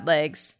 Legs